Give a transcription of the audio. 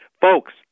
Folks